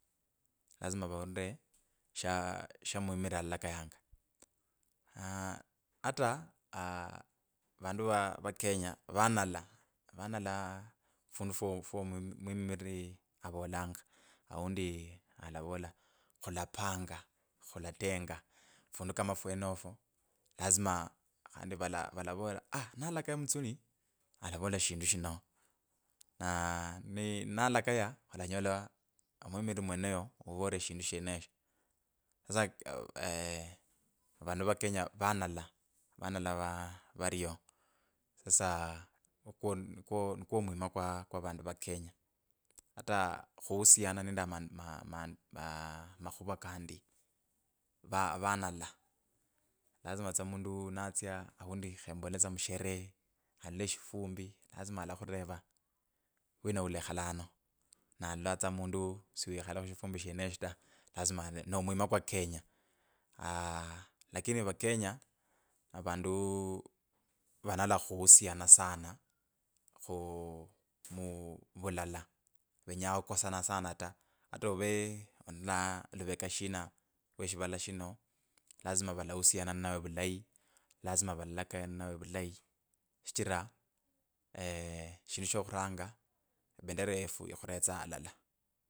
Lazima vaulire sha shamwimirire alalakayanga. ata. aa vandu vava kenya vanala, vanala. fundus fwa fwo e. fwo mwi. mwimiriri avolanga. Aundi alavola khulapanga, fundu kama fwenofo, lazima khandu vala vala vula aach ua nalakaya mutsuli alavula shindu shino. Na ni nalakaya olanyola omwimiriri mwenoyo ovolire shindu sheneshyo. sasa aa vandu vakenya vanala. vanala va varyo. sasa okwo nikwo nikeo mwima kwa kwa avandu va kenya. Ata khuhusiana nande ama ma ma. makhuva kandy, va. Va nala. Lazima tsa omundu natsya aundi khembole tsa musherehe alole ashifumbi lazima alakhureva wina ulekhala ano, na alalola tsa mundu si wikhale khushifumbi sheneshyo ta. vlazima, ata nomwima kwa kenya. ah lakini vakenya, avandu vanala khuhusia sana khu mu vulala venya khukosana sana ta. Ata ave olarula luveka shina. lwe shivala shino lazima walahusiana ninawe vulayi. lazima valalakaya ninawe vulayi shichira shindu shokhuranga ebendera yefu ikhuretsa alala.